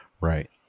right